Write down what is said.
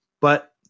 But-